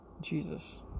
Jesus